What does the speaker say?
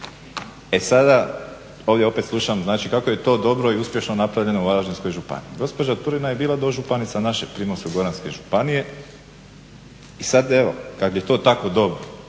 E sada, ovdje opet slušam znači kako je to dobro i uspješno napravljeno u Varaždinskoj županiji. Gospođa Turina je bila dožupanica naše Primorsko-goranske županije i sad evo, kad bi to tako …